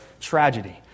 tragedy